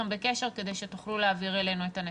בקשר כדי שתוכלו להעביר אלינו את הנתונים.